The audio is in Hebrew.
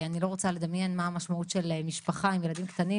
אני לא רוצה לדמיין מה המשמעות של משפחה עם ילדים קטנים